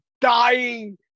dying